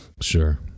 Sure